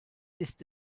ist